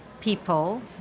people